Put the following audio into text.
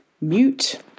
mute